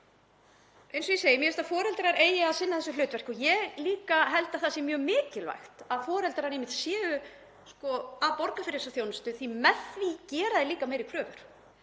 eins og ég segi, mér finnst að foreldrar eigi að sinna þessu hlutverki. Ég held líka að það sé mjög mikilvægt að foreldrar séu að borga fyrir þessa þjónustu því að með því gera þeir líka meiri kröfur.